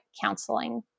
counseling